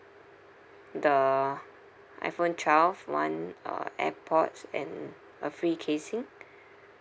the iPhone twelve one uh AirPods and a free casing